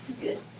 Good